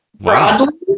broadly